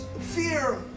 fear